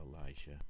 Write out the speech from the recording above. Elijah